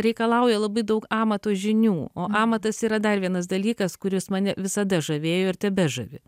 reikalauja labai daug amato žinių o amatas yra dar vienas dalykas kuris mane visada žavėjo ir tebežavi